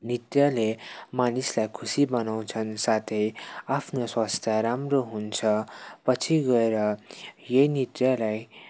नृत्यले मानिसलाई खुसी बनाउँछन् साथै आफ्नो स्वास्थ्य राम्रो हुन्छ पछि गएर यही नृत्यलाई